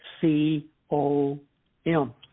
C-O-M